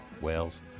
Wales